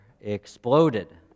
exploded